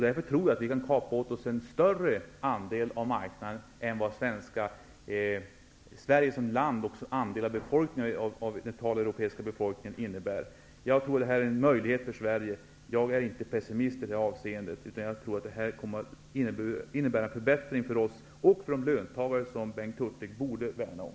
Därför tror jag att vi kan kapa åt oss en större andel av marknaden än vad Sveriges andel av den totala europeiska befolkningen är. Jag tror att detta är en möjlighet för Sverige. Jag är inte pessismist i det här avseendet. Det här kommer att innebära en förbättring för oss och för de löntagare som Bengt Hurtig borde värna om.